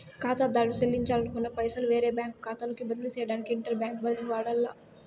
కాతాదారుడు సెల్లించాలనుకున్న పైసలు వేరే బ్యాంకు కాతాలోకి బదిలీ సేయడానికి ఇంటర్ బ్యాంకు బదిలీని వాడాల్ల